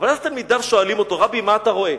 אבל אז תלמידיו שואלים אותו: רבי, מה אתה רואה?